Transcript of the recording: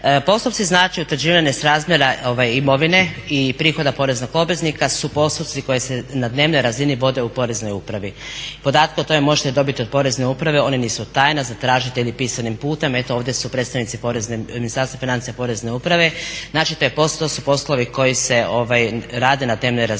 postupci utvrđivanja nesrazmjera imovina i prihoda poreznog obveznika su postupci koji se na dnevnoj razini vode u Poreznoj upravi. Podatke o tome možete dobiti od Porezne uprave oni nisu tajna, zatražite ih pisanim putem. Eto ovdje su predstavnici Ministarstva financija Porezne uprave to su poslovi koji se rade na dnevnoj razini.